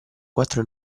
quattro